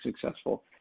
successful